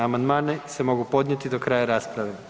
Amandmani se mogu podnijeti do kraja rasprave.